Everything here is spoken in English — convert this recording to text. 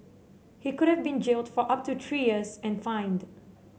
he could have been jailed for up to three years and fined